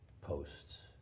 posts